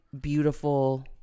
beautiful